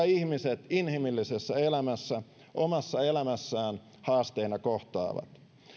ihmiset inhimillisessä elämässä omassa elämässään haasteena kohtaavat